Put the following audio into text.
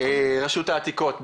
רשות העתיקות.